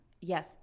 yes